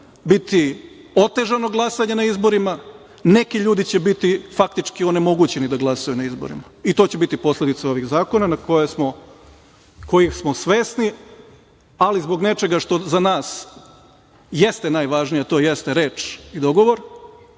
biti otežano glasanje na izborima, neki ljudi će biti faktički onemogućeni da glasaju na izborima. To će biti posledica ovih zakona kojih smo svesni. Ali, zbog nečega što za nas jeste najvažnija, to jeste reč i dogovor,